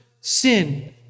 sin